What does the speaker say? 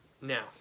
now